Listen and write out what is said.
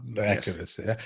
accuracy